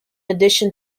addition